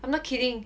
I'm not kidding